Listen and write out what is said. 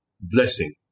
blessing